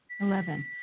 Eleven